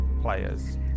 players